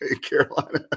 Carolina